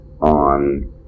on